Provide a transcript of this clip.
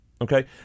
Okay